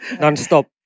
Non-stop